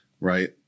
Right